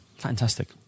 fantastic